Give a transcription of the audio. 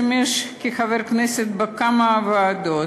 שימש כחבר כנסת בכמה ועדות.